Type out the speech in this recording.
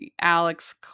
Alex